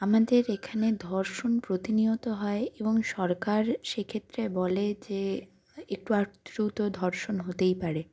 আমাদের এখানে ধর্ষণ প্রতিনিয়ত হয় এবং সরকার সেক্ষেত্রে বলে যে একটু আধটু তো ধর্ষণ হতেই পারে